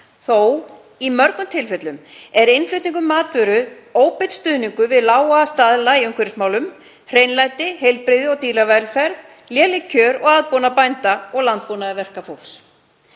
Í sumum tilfellum er þó innflutningur matvöru óbeinn stuðningur við lága staðla í umhverfismálum, hreinlæti, heilbrigði og dýravelferð, léleg kjör og aðbúnað bænda og landbúnaðarverkafólks.“